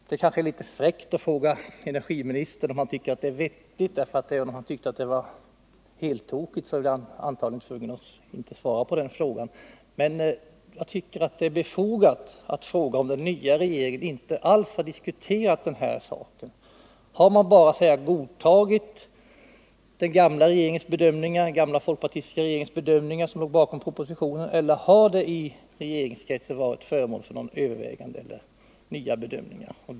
Det kanske är litet fräckt att fråga energiministern om han tycker att det är vettigt, för även om han tyckte att det är heltokigt så skulle han väl inte svara på frågan. Jag tycker emellertid att det är befogat att fråga om den nya regeringen över huvud taget har diskuterat den här saken. Har man bara godtagit den föregående folkpartistiska regeringens bedömningar, som låg bakom propositionen, eller har frågan i regeringskretsen varit föremål för nya bedömningar?